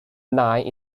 line